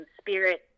spirit